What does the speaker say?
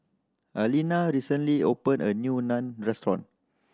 Aleena recently opened a new Naan Restaurant